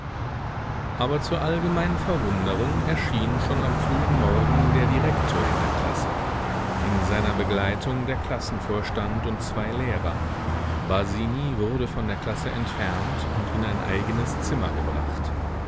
aber zur allgemeinen verwunderung erschien schon am frühen morgen der direktor in der klasse in seiner begleitung der klassenvorstand und zwei lehrer basini wurde von der klasse entfernt und in ein eigenes zimmer gebracht